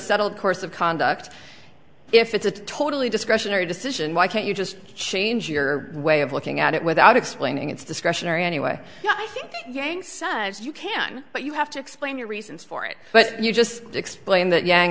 settled course of conduct if it's a totally discretionary decision why can't you just change your way of looking at it without explaining it's discretionary anyway i think yang size you can but you have to explain your reasons for it but you just explain that yang